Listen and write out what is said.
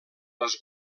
les